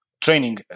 training